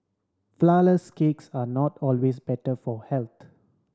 flourless cakes are not always better for health